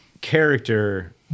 character